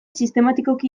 sistematikoki